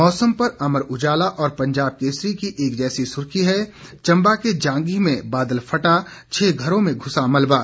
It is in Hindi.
मौसम पर अमर उजाला और पंजाब केसरी की एक जैसी सुर्खी है चंबा के जांधी में बादल फटा छह घरों में घुसा मलबा